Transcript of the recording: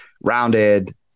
rounded